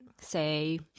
say